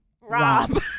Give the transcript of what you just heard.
Rob